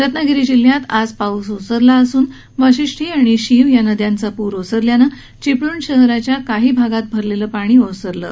रत्नागिरी जिल्ह्यात आज पाऊस ओसरला असून वाशिष्ठी आणि शीव या नद्यांचा प्र ओसरल्यानं चिपळूण शहराच्या काही भागांत भरलेलं पाणी ओसरलं आहे